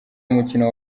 mukino